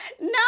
No